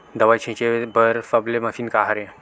दवाई छिंचे बर सबले मशीन का हरे?